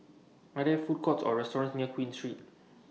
Are There Food Courts Or restaurants near Queen Street